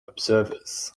observers